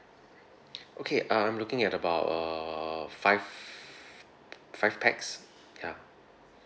okay uh I'm looking at about err five five pax ya